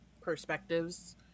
perspectives